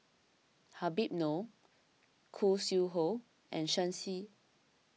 Habib Noh Khoo Sui Hoe and Shen Xi